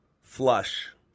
Flush